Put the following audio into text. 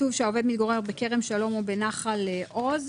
כתוב שהעובד מתגורר בכרם שלום או בנחל עוז.